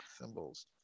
Symbols